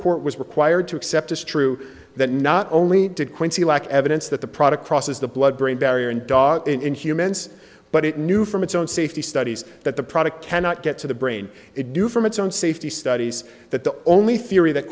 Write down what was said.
court was required to accept as true that not only did quincy lack evidence that the product crosses the blood brain barrier and dog in humans but it knew from its own safety studies that the product cannot get to the brain it knew from its own safety studies that the only theory that